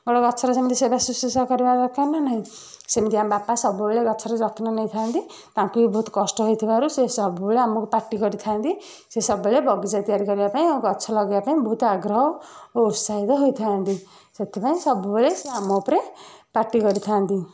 ଗୋଟେ ଗଛର ଯେମିତି ସେବା ଶୁଶ୍ରୂଷା କରିବା ଦରକାର ନା ନାହିଁ ସେମତି ଆମ ବାପା ସବୁବେଳେ ଗଛର ଯତ୍ନ ନେଇଥାନ୍ତି ତାଙ୍କୁ ବି ବହୁତ କଷ୍ଟ ହୋଇଥିବାରୁ ସେ ସବୁବେଳେ ଆମକୁ ପାଟି କରିଥାନ୍ତି ସେ ସବୁବେଳେ ବଗିଚା ତିଆରି କରିବା ପାଇଁ ଆଉ ଗଛ ଲଗାଇବା ପାଇଁ ବହୁତ ଆଗ୍ରହ ଓ ଉତ୍ସାହିତ ହୋଇଥାନ୍ତି ସେଥିପାଇଁ ସବୁବେଳେ ସେ ଆମ ଉପରେ ପାଟି କରିଥାନ୍ତି